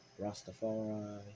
Rastafari